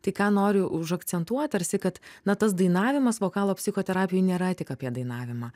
tai ką noriu užakcentuot tarsi kad na tas dainavimas vokalo psichoterapijoj nėra tik apie dainavimą